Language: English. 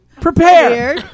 prepare